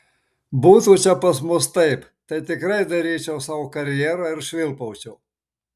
būtų čia pas mus taip tai tikrai daryčiau sau karjerą ir švilpaučiau